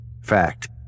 Fact